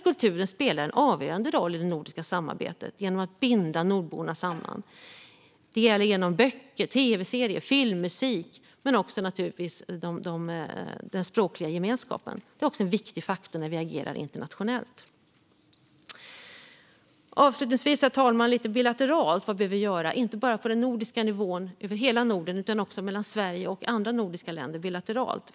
Kulturen spelar en avgörande roll i det nordiska samarbetet genom att binda nordborna samman. Det sker genom böcker, tv-serier, filmmusik men naturligtvis också den språkliga gemenskapen. Det är också en viktig faktor när vi agerar internationellt. Herr talman! Jag ska avslutningsvis tala om vad vi behöver göra lite bilateralt inte bara på den nordiska nivån över hela Norden utan också mellan Sverige och andra nordiska länder bilateralt.